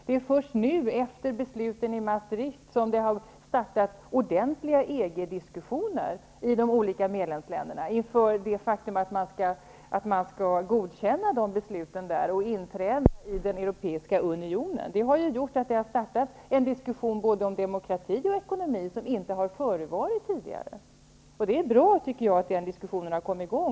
Det är först nu, efter det att beslut fattats i Maastricht, som ordentliga EG diskussioner har startat i de olika medlemsländerna inför det faktum att de fattade besluten skall godkännas när det gäller inträdet i den europeiska unionen. Det är därför som en diskussion har påbörjats både om demokrati och om ekonomi som inte förts tidigare. Jag tycker att det är bra att den diskussionen har kommit i gång.